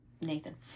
Nathan